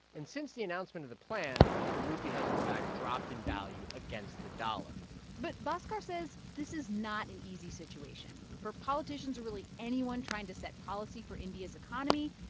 and since the announcement of the plan, the rupee has, in fact, dropped in value against the dollar but bhaskar says this is not an easy situation. for politicians or, really, anyone trying to set policy for india's economy,